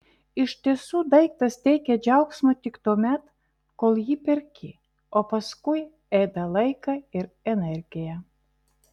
iš tiesų daiktas teikia džiaugsmo tik tuomet kol jį perki o paskui ėda laiką ir energiją